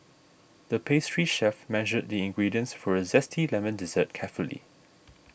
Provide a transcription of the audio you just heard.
the pastry chef measured the ingredients for a Zesty Lemon Dessert carefully